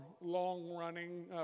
long-running